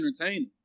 entertaining